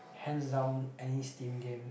hands down any steam game